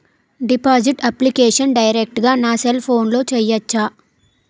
Deposit application direct గా నా cell ఫోన్లో చెయ్యచా?